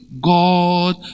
God